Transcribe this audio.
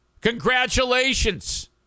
Congratulations